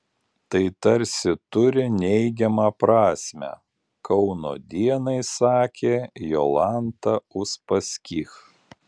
tai tarsi turi neigiamą prasmę kauno dienai sakė jolanta uspaskich